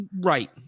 Right